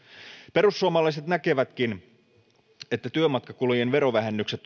perussuomalaiset näkevätkin että työmatkakulujen verovähennykset